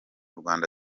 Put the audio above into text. rwanda